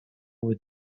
with